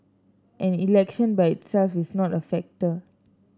and election by itself is not a factor